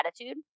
attitude